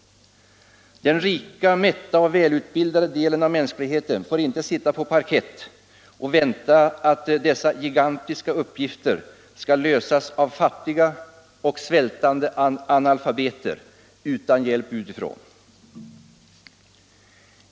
Den rika, mätta och välutbildade delen av mänskligheten får inte sitta på parkett och vänta att dessa gigantiska uppgifter skall lösas av fattiga och svältande analfabeter utan hjälp utifrån.